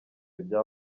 bya